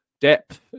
depth